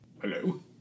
Hello